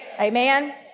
Amen